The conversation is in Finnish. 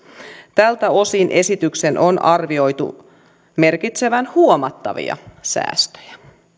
tältä osin esityksen on arvioitu merkitsevän huomattavia säästöjä